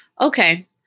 Okay